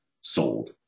sold